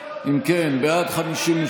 אותו.